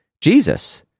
Jesus